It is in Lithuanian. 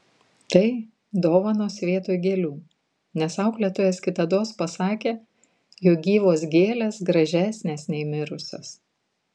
tai dovanos vietoj gėlių nes auklėtojas kitados pasakė jog gyvos gėlės gražesnės nei mirusios